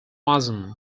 assam